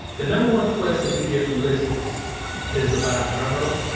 the number one question we get from listeners is about. drum roll